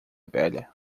velha